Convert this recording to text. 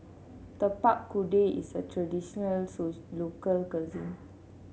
Tapak Kuda is a traditional so local cuisine